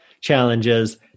challenges